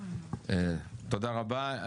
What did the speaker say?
תודה רבה.